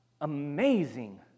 amazing